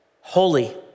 holy